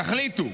תחליטו,